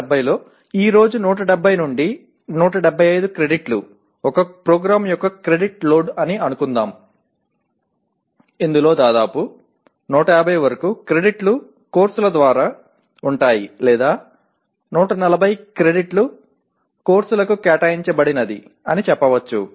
170 లో ఈ రోజు 170 నుండి 175 క్రెడిట్లు ఒక ప్రోగ్రామ్ యొక్క క్రెడిట్ లోడ్ అని అనుకుందాం ఇందులో దాదాపు 150 వరకు క్రెడిట్లు కోర్సుల ద్వారా ఉంటాయి లేదా 140 క్రెడిట్లు కోర్సులకు కేటాయించబడినది అని చెప్పవచ్చు